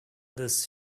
this